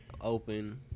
open